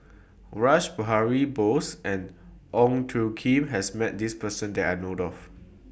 Rash Behari Bose and Ong Tjoe Kim has Met This Person that I know Dofu